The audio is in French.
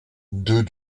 deux